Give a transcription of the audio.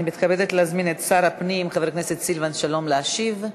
אני מתכבדת להזמין את שר הפנים חבר הכנסת סילבן שלום להשיב.